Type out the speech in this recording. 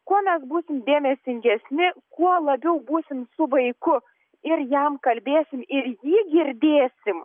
kuo mes būsim dėmesingesni kuo labiau būsim su vaiku ir jam kalbėsim ir jį girdėsim